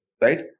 Right